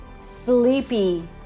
sleepy